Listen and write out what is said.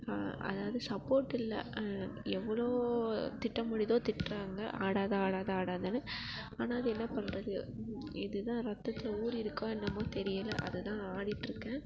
அதாவது சப்போர்ட் இல்லை எவ்வளோ திட்ட முடியுதோ திட்டுறாங்க ஆடாத ஆடாத ஆடாதன்னு ஆனால் அது என்ன பண்ணுறது இது தான் ரத்தத்தில் ஊறி இருக்கோ என்னமோ தெரியலை அது தான் ஆடிகிட்ருக்கேன்